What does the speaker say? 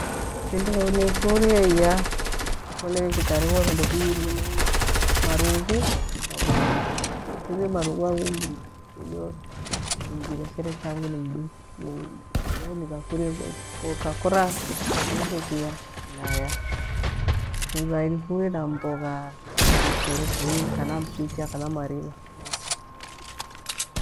Vindo unifurie iya kole vikareghwa vindo fivi vinei malughu na ghughai, nifurie marughu ang'u kijo kinjireshere tangu ni mdu. Kwahiyo nighafure gho, ukakora vyovyoshe fuya naya, vughai nifurie na mbogha ya mapere kui kana mchicha kana mariva bathi